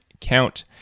count